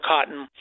Cotton